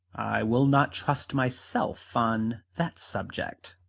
i will not trust myself on that subject.